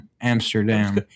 Amsterdam